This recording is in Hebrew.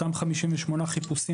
אותם 58 חיפושים,